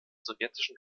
sowjetischen